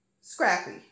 Scrappy